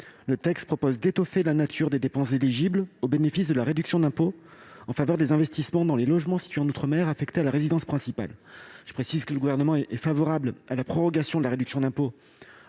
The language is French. tend en réalité à étoffer la nature des dépenses éligibles au bénéfice de la réduction d'impôt en faveur des investissements dans les logements situés en outre-mer et affectés à la résidence principale. Je précise que le Gouvernement est favorable à la prorogation de la réduction d'impôt